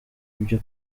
ibyo